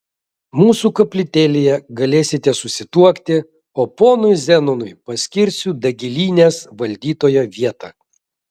mūsų koplytėlėje galėsite susituokti o ponui zenonui paskirsiu dagilynės valdytojo vietą